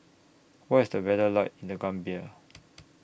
What IS The weather like in The Gambia